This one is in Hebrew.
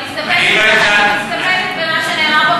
אני מסתפקת במה שנאמר פה,